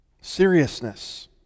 seriousness